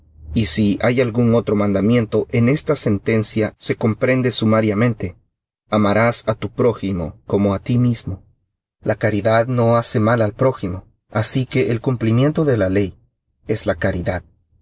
y si hay algún otro mandamiento en esta sentencia se comprende sumariamente amarás á tu prójimo como á ti mismo la caridad no hace mal al prójimo así que el cumplimiento de la ley es la caridad